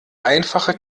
einfache